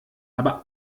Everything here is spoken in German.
aber